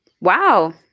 Wow